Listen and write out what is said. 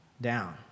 down